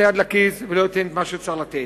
היד לכיס ולא ייתן את מה שהוא צריך לתת.